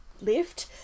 lift